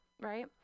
right